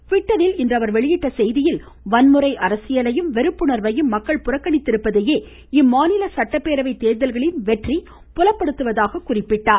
ட்விட்டரில் இன்று அவர் வெளியிட்டுள்ள செய்தியில் வன்முறை அரசியலையும் வெறுப்புண்வையும் புறக்கணித்திருப்பதையே இம்மாநில சட்டப்பேரவை தேர்தல்களின் வெற்றி புலப்படுத்துவதாக கூறியுள்ளார்